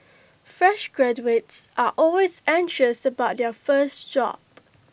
fresh graduates are always anxious about their first job